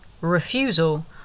Refusal